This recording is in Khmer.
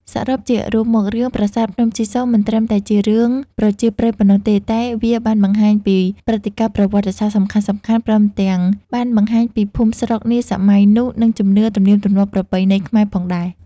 សរុបជារួមមក រឿង ប្រាសាទភ្នំជីសូរមិនត្រឹមតែជារឿងប្រជាប្រិយប៉ុណ្ណោះទេ តែវាបានបង្ហាញពីព្រឹត្តិការណ៍ប្រវត្តិសាស្រ្ដសំខាន់ៗ ព្រមទាំងបានបង្ហាញពីភូមិស្រុកនាសម័យនោះ និងជំនឿ ទំនៀមទម្លាប់ប្រពៃណីខ្មែរផងដែរ។